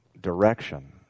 direction